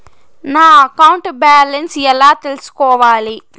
నా account balance ఎలా తెల్సుకోవాలి